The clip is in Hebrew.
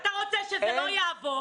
אתה רוצה שזה לא יעבור.